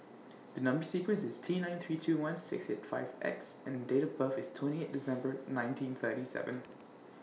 The Number sequence IS T nine three two one six eight five X and Date of birth IS twenty eight December nineteen thirty seven